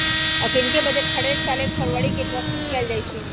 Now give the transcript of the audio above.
अखनीके बजट हरेक साल एक फरवरी के प्रस्तुत कएल जाइ छइ